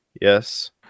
yes